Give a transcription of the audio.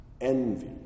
envy